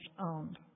own